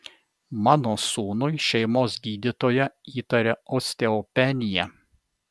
mano sūnui šeimos gydytoja įtaria osteopeniją